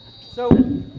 so